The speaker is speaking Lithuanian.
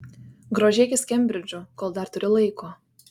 grožėkis kembridžu kol dar turi laiko